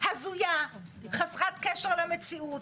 חסרת קשר למציאות,